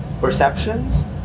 perceptions